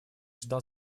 ждал